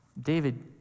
David